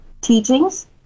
teachings